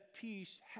peace